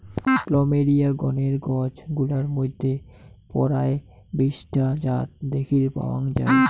plumeria গণের গছ গুলার মইধ্যে পরায় বিশ টা জাত দ্যাখির পাওয়াং যাই